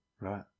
right